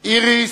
איריס,